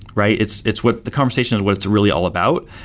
right? it's it's what the conversation is what it's really all about,